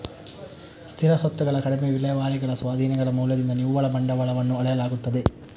ಸ್ಥಿರ ಸ್ವತ್ತುಗಳ ಕಡಿಮೆ ವಿಲೇವಾರಿಗಳ ಸ್ವಾಧೀನಗಳ ಮೌಲ್ಯದಿಂದ ನಿವ್ವಳ ಬಂಡವಾಳವನ್ನು ಅಳೆಯಲಾಗುತ್ತದೆ